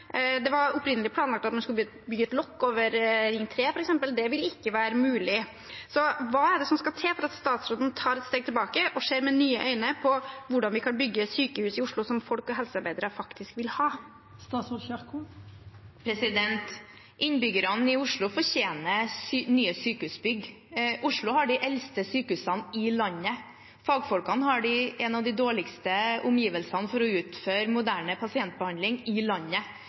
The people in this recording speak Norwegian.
Det var opprinnelig planlagt at man skulle bygge et lokk over Ring 3, f.eks. Det vil ikke være mulig. Hva er det som skal til for at statsråden tar et steg tilbake og ser med nye øyne på hvordan vi kan bygge sykehus i Oslo som folk og helsearbeidere faktisk vil ha? Innbyggerne i Oslo fortjener nye sykehusbygg. Oslo har de eldste sykehusene i landet. Fagfolkene har noen av de dårligste omgivelsene i landet for å utføre moderne pasientbehandling.